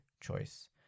choice